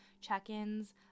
check-ins